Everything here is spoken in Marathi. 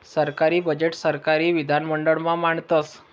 सरकारी बजेट सरकारी विधिमंडळ मा मांडतस